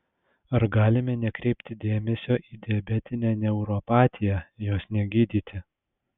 ar galime nekreipti dėmesio į diabetinę neuropatiją jos negydyti